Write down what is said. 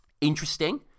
interesting